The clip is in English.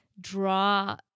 draw